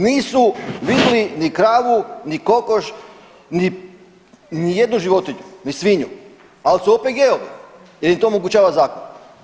Nisu vidli ni kravu, ni kokoš, ni jednu životinju, ni svinju, ali su OPG-ovi jer im to omogućava zakon.